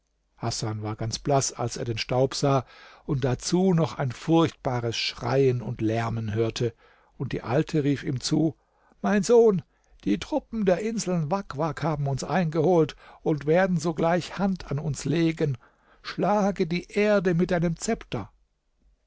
hasan war ganz blaß als er den staub sah und dazu noch ein furchtbares schreien und lärmen hörte und die alte rief ihm zu mein sohn die truppen der inseln wak wak haben uns eingeholt und werden sogleich hand an uns legen schlage die erde mit deinem zepter